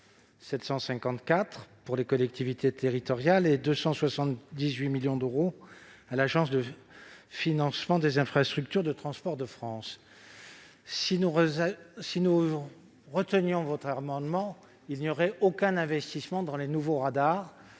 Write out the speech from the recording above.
754 pour les collectivités territoriales et 278 millions à l'Agence de financement des infrastructures de transport de France (Afitf). Si votre amendement était adopté, il n'y aurait plus aucun investissement dans les nouveaux radars